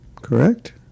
Correct